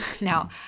now